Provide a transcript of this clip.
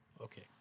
Okay